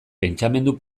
pentsamendu